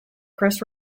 chris